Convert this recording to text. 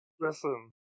Listen